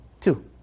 Two